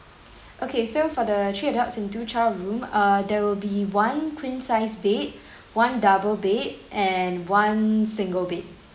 okay so for the three adults and two child room err there will be one queen size bed one double bed and one single bed